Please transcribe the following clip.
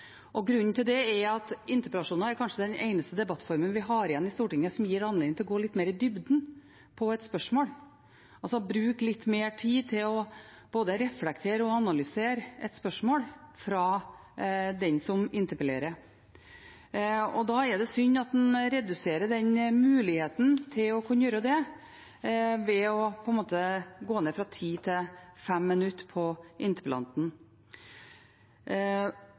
Grunnen til det er at interpellasjoner kanskje er den eneste debattformen vi har igjen i Stortinget som gir anledning til å gå litt mer i dybden på et spørsmål, å bruke litt mer tid til både å reflektere over og analysere et spørsmål fra den som interpellerer. Da er det synd at en reduserer muligheten til å kunne gjøre det ved å gå ned fra 10 til 5 minutter for interpellanten.